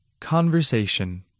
Conversation